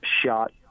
shot